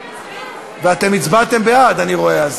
אתם הצבעתם בעד, אני רואה.